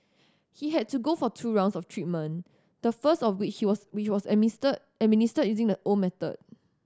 he had to go for two rounds of treatment the first of which was which was a mister administered using the old method